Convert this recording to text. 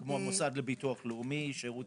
כמו המוסד לביטוח לאומי; שירות